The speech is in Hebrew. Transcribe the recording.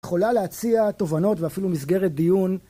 יכולה להציע תובנות ואפילו מסגרת דיון